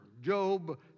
Job